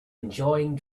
enjoying